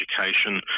education